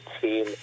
team